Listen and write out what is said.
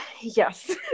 Yes